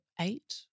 eight